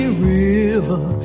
river